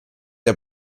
der